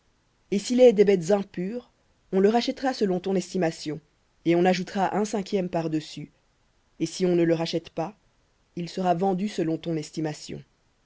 et s'il est des bêtes impures on le rachètera selon ton estimation et on ajoutera un cinquième par-dessus et si on ne le rachète pas il sera vendu selon ton estimation